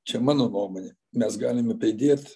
čia mano nuomonė mes galime pridėt